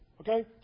Okay